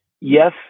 Yes